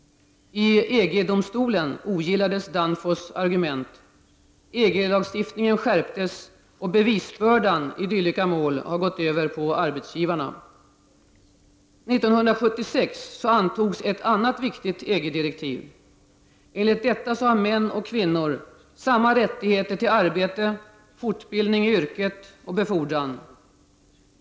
I EG-domstolen ogillades Danfoss argument. EG-lagstiftningen skärptes, och bevisbördan i dylika mål har gått över på arbetsgivarna. 1976 antogs ett annat viktigt EG-direktiv. Enligt detta har män och kvinnor samma rättigheter till arbete, fortbildning i yrket och befordran.